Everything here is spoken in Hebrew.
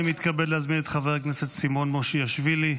אני מתכבד להזמין את חבר הכנסת סימון מושיאשוילי.